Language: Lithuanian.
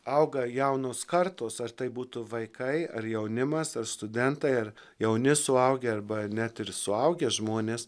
auga jaunos kartos ar tai būtų vaikai ar jaunimas ar studentai ar jauni suaugę arba net ir suaugę žmonės